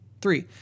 Three